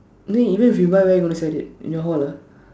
then even if you buy right where you gonna set it in your hall lah